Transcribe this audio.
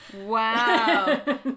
Wow